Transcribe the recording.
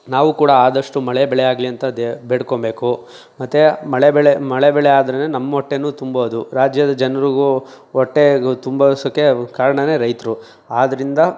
ನಾವು ಕೂಡ ಆದಷ್ಟು ಮಳೆ ಬೆಳೆ ಆಗಲಿ ಅಂತ ದೇವ್ರ ಬೇಡ್ಕೊಳ್ಬೇಕು ಮತ್ತು ಮಳೆ ಬೆಳೆ ಮಳೆ ಬೆಳೆ ಆದರೇನೆ ನಮ್ಮ ಹೊಟ್ಟೆನೂ ತುಂಬೋದು ರಾಜ್ಯದ ಜನರಿಗೂ ಹೊಟ್ಟೆ ತುಂಬಿಸೋಕೆ ಕಾರಣವೇ ರೈತರು ಆದ್ದರಿಂದ